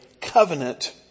covenant